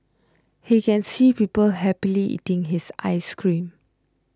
he can see people happily eating his ice cream